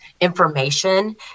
information